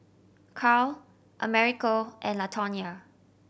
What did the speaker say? Karl Americo and Latonya